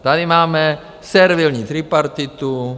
Tady máme servilní tripartitu.